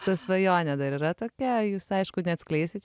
ta svajonė dar yra tokia jūs aišku neatskleisit